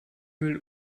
müll